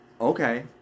okay